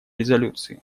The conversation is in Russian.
резолюции